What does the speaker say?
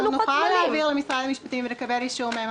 נוכל להעביר למשרד המשפטים ולקבל אישור מהם,